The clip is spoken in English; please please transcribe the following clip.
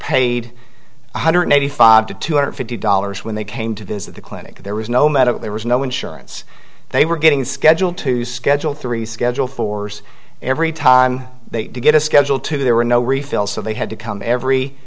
paid one hundred eighty five to two hundred fifty dollars when they came to visit the clinic there was no medical there was no insurance they were getting scheduled to schedule three schedule force every time they get a schedule two there were no refills so they had to come every